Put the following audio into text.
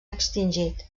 extingit